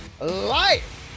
life